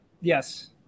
Yes